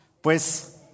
pues